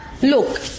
Look